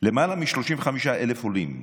יותר מ-35,000 עולים.